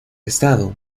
estado